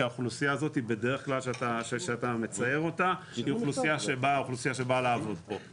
כי האוכלוסייה הזאת שאתה מצייר אותה היא אוכלוסייה שבאה לעבוד פה.